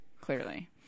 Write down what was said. Clearly